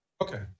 Okay